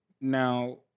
now